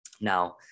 Now